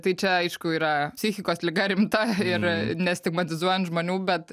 tai čia aišku yra psichikos liga rimta ir nestigmatizuojant žmonių bet